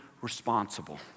responsible